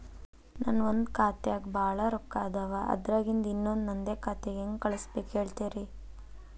ನನ್ ಒಂದ್ ಖಾತ್ಯಾಗ್ ಭಾಳ್ ರೊಕ್ಕ ಅದಾವ, ಅದ್ರಾಗಿಂದ ಇನ್ನೊಂದ್ ನಂದೇ ಖಾತೆಗೆ ಹೆಂಗ್ ಕಳ್ಸ್ ಬೇಕು ಹೇಳ್ತೇರಿ?